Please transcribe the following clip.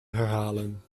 herhalen